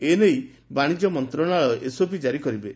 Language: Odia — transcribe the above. ଏନେଇ ବାଣିକ୍ୟ ମନ୍ତଶାଳୟ ଏସ୍ଓପି ଜାରି କରିବେ